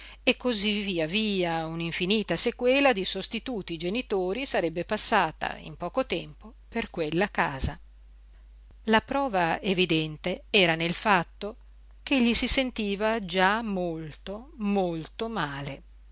e cosí via via un'infinita sequela di sostituti genitori sarebbe passata in poco tempo per quella casa la prova evidente era nel fatto ch'egli si sentiva già molto molto male